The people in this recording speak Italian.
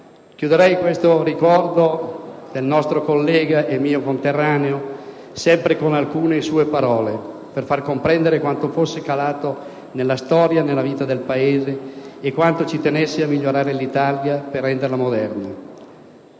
Chiuderei questo ricordo del nostro collega e mio conterraneo con alcune sue parole, per far comprendere quanto fosse calato nella storia, nella vita del Paese, quanto ci tenesse a migliorare l'Italia e renderla moderna: